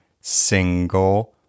single